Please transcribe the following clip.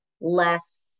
less